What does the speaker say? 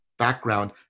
background